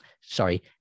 sorry